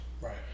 Right